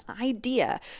idea